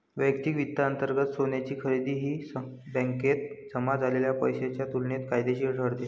वैयक्तिक वित्तांतर्गत सोन्याची खरेदी ही बँकेत जमा झालेल्या पैशाच्या तुलनेत फायदेशीर ठरते